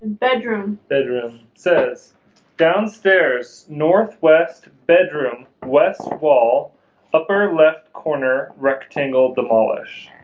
bedroom bedroom says downstairs northwest bedroom west wall upper left corner rectangle de polish